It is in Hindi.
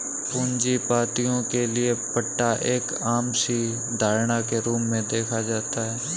पूंजीपतियों के लिये पट्टा एक आम सी धारणा के रूप में देखा जाता है